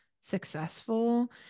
successful